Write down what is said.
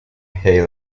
hay